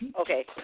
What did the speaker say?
Okay